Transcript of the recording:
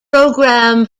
program